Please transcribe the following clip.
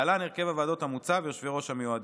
להלן הרכב הוועדות המוצע ויושבי-הראש המיועדים.